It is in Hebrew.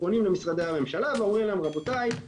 פונים למשרדי הממשלה ואומרים להם 'רבותיי,